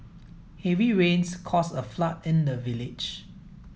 heavy rains caused a flood in the village